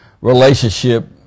relationship